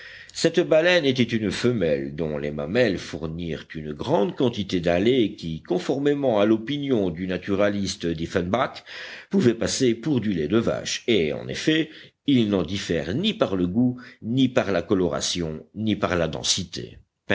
cette baleine était une femelle dont les mamelles fournirent une grande quantité d'un lait qui conformément à l'opinion du naturaliste dieffenbach pouvait passer pour du lait de vache et en effet il n'en diffère ni par le goût ni par la coloration ni par la densité